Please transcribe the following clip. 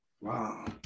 Wow